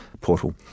portal